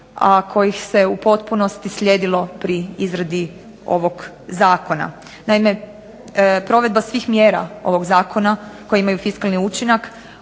a kojih se u potpunosti slijedilo pri izradi ovog zakona. Naime provedba svih mjera ovog zakona koji imaju fiskalni učinak,